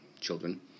children